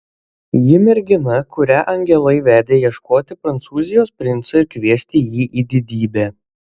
ji mergina kurią angelai vedė ieškoti prancūzijos princo ir kviesti jį į didybę